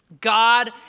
God